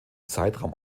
zeitraum